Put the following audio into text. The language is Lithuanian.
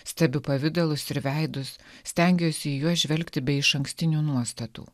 stebiu pavidalus ir veidus stengiuosi į juos žvelgti be išankstinių nuostatų